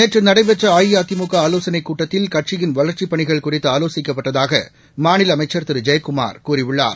நேற்று நடைபெற்ற அஇஅதிமுக ஆலோசனைக் கூட்டத்தில் கட்சியின் வளர்ச்சிப் பணிகள் குறித்து ஆலோசிக்கப்பட்டதாக மாநில அமைச்சர் திரு ஜெயக்குமார் கூறியுள்ளார்